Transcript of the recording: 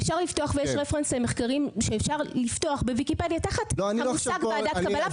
יש מחקרים שאפשר לפתוח בוויקיפדיה תחת המושג ועדת קבלה.